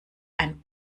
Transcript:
ein